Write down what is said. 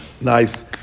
Nice